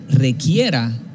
requiera